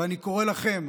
ואני קורא לכם,